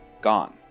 gone